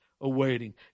awaiting